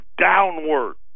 downward